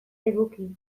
eduki